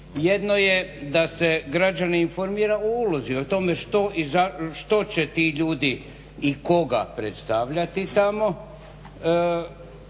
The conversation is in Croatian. jedno je da se građanin informira o ulozi o tome što će ti ljudi i koga predstavljati tamo,